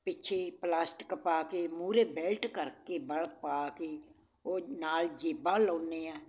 ਪਿੱਛੇ ਪਲਾਸਟਿਕ ਪਾ ਕੇ ਮੂਹਰੇ ਬੈਲਟ ਕਰਕੇ ਵਲ ਪਾ ਕੇ ਉਹ ਨਾਲ ਜੇਬਾਂ ਲਗਾਉਂਦੇ ਹਾਂ